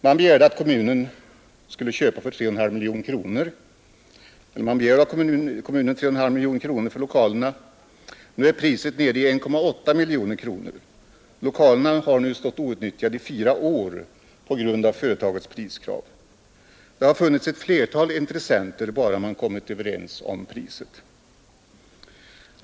Man begärde av kommunen 3,5 miljoner kronor för lokalerna. Nu är priset nere i 1,8 miljoner kronor Lokalerna har nu stått outnyttjade i fyra år på grund av företagets priskrav. Det har funnits ett flertal intressenter bara man kommit överens om priset.